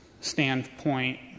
standpoint